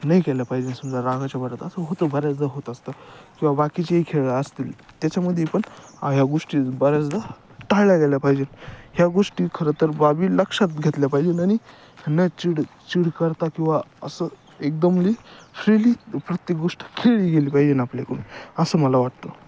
नाही केलं पाहिजे समजा रागाच्या भरात असं होतं बऱ्याचदा होत असतं किंवा बाकीचेही खेळ असतील त्याच्यामध्ये पण आ ह्या गोष्टी बऱ्याचदा टाळल्या गेल्या पाहिजे ह्या गोष्टी खरं तर बाबी लक्षात घेतल्या पाहिजे आणि न चिडचिड करता किंवा असं एकदमली फ्रीली प्रत्येक गोष्ट खेळली गेली पाहिजे आपल्याकडून असं मला वाटतं